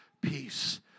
Peace